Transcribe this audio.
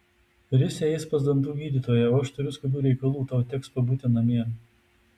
risia eis pas dantų gydytoją o aš turiu skubių reikalų tau teks pabūti namie